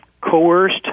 coerced